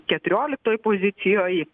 keturioliktoj pozicijoj